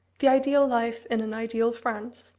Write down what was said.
the ideal life in an ideal france.